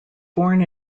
born